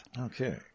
Okay